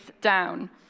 down